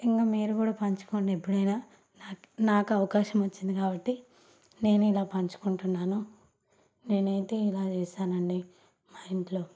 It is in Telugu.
ఇంకా మీరు కూడా పంచుకోండి ఎప్పుడైనా నాకు నాకు అవకాశం వచ్చింది కాబట్టి నేనే ఇలా పంచుకుంటున్నాను నేనైతే ఇలా చేశానండి మా ఇంట్లో